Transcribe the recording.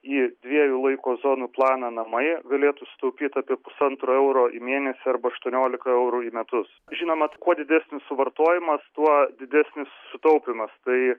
į dviejų laiko zonų planą namai galėtų sutaupyt apie pusantro euro į mėnesį arba aštuoniolika eurų į metus žinoma kuo didesnis suvartojimas tuo didesnis sutaupymas tai